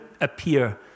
appear